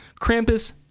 Krampus